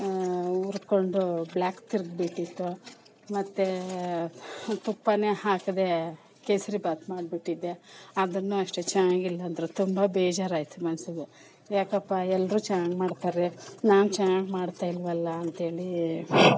ಹುರ್ಕೊಂಡು ಬ್ಲ್ಯಾಕ್ ತಿರುಗಿ ಬಿಟ್ಟಿತ್ತು ಮತ್ತೆ ತುಪ್ಪನೇ ಹಾಕಿದೆ ಕೇಸರಿ ಬಾತ್ ಮಾಡ್ಬಿಟ್ಟಿದ್ದೆ ಅದನ್ನು ಅಷ್ಟೇ ಚೆನ್ನಾಗಿಲ್ಲ ಅಂದರೂ ತುಂಬ ಬೇಜಾರಾಯಿತು ಮನಸ್ಸಿಗೆ ಯಾಕಪ್ಪ ಎಲ್ಲರೂ ಚೆನ್ನಾಗಿ ಮಾಡ್ತಾರೆ ನಾನ್ನು ಚೆನ್ನಾಗಿ ಮಾಡ್ತಾಯಿಲ್ವಲ್ಲ ಅಂಥೇಳಿ